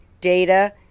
data